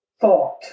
thought